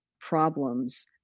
problems